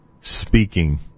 speaking